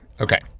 Okay